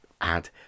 add